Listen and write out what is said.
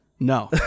No